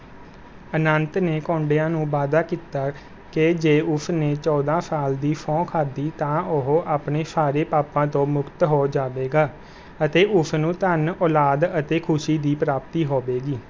ਅਨੰਤ ਨੇ ਕੌਂਡਿੰਯਾ ਨੂੰ ਵਾਅਦਾ ਕੀਤਾ ਕਿ ਜੇ ਉਸ ਨੇ ਚੌਦਾਂ ਸਾਲ ਦੀ ਸਹੁੰ ਖਾਧੀ ਤਾਂ ਉਹ ਆਪਣੇ ਸਾਰੇ ਪਾਪਾਂ ਤੋਂ ਮੁਕਤ ਹੋ ਜਾਵੇਗਾ ਅਤੇ ਉਸ ਨੂੰ ਧਨ ਔਲਾਦ ਅਤੇ ਖੁਸ਼ੀ ਦੀ ਪ੍ਰਾਪਤੀ ਹੋਵੇਗੀ